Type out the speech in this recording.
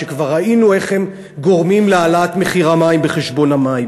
שכבר ראינו איך הם גורמים להעלאת מחיר המים בחשבון המים.